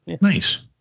Nice